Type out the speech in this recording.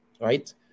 right